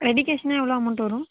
ready கேஷ்னா எவ்வளோ amount வரும்